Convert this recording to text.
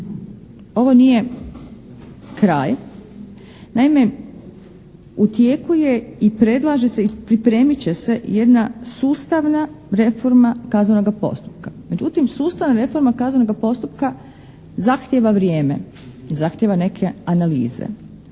ovo nije kraj. Naime, u tijeku je i predlaže se i pripremit će se jedna sustavna reforma kaznenoga postupka. Međutim, sustavna reforma kaznenoga postupka zahtijeva vrijeme i zahtijeva neke analize